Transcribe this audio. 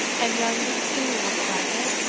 and young steenie mucklebackit,